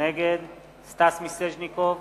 נגד סטס מיסז'ניקוב,